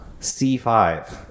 c5